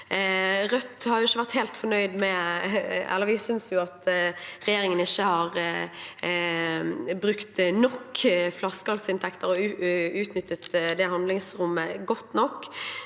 Rødt har ikke vært helt fornøyd. Vi synes at regjeringen ikke har brukt nok flaskehalsinntekter eller utnyttet det handlingsrommet godt nok,